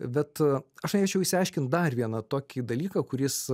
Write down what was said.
bet aš norėčiau išsiaiškint dar vieną tokį dalyką kuris